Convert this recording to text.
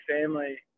family